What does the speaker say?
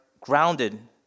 grounded